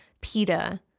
Peta